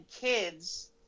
kids